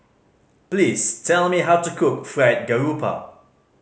please tell me how to cook Fried Garoupa